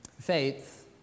Faith